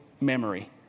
memory